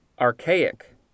Archaic